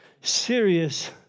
serious